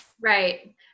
Right